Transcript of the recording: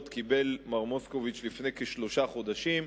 קיבל מר מוסקוביץ לפני כשלושה חודשים.